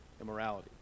immorality